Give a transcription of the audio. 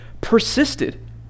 persisted